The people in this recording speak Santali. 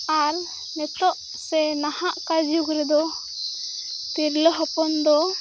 ᱟᱨ ᱱᱤᱛᱳᱜ ᱥᱮ ᱱᱟᱦᱟᱜ ᱠᱟᱨ ᱡᱩᱜᱽ ᱨᱮᱫᱚ ᱛᱤᱨᱞᱟᱹ ᱦᱚᱯᱚᱱ ᱫᱚ